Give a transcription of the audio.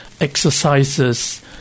exercises